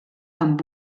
amb